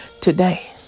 today